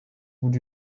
would